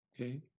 Okay